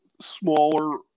smaller